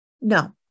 No